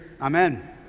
amen